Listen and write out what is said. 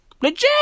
Legit